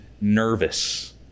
nervous